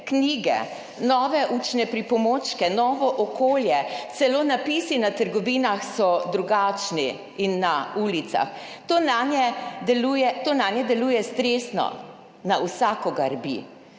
knjige, nove učne pripomočke, novo okolje, celo napisi na trgovinah in na ulicah so drugačni. To nanje deluje stresno. Na vsakogar bi.